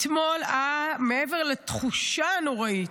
אתמול, מעבר לתחושה הנוראית,